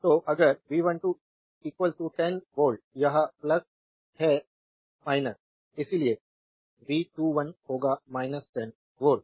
तो अगर V12 10 volt यह है इसलिए V21 होगा 10 वोल्ट